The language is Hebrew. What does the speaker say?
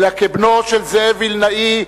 אלא כבנו של זאב וילנאי,